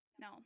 No